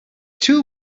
too